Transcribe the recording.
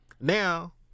now